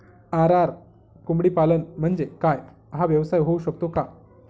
RR कोंबडीपालन म्हणजे काय? हा व्यवसाय होऊ शकतो का?